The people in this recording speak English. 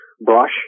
brush